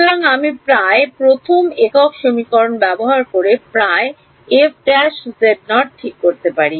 সুতরাং আমি প্রায় প্রথম একক সমীকরণটি ব্যবহার করে প্রায় f ′ ঠিক করতে পারি